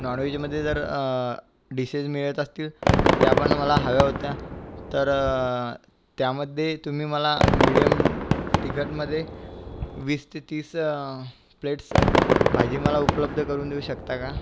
नॉनवेजमध्ये जर डिशेस मिळत असतील तर त्या पण मला हव्या होत्या तर त्यामध्ये तुम्ही मला मिडीयम तिखट मधे वीस ते तीस प्लेट्स भाजी मला उपलब्ध करून देऊ शकता का